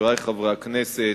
חברי חברי הכנסת,